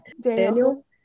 Daniel